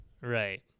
Right